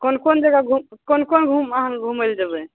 कोन कोन जगह घूम कोन कोन घुम अहाँ घुमय लए जेबय